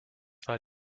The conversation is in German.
war